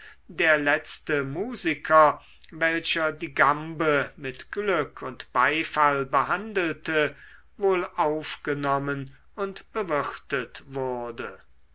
der letzte musiker welcher die gambe mit glück und beifall behandelte wohl aufgenommen und bewirtet wurde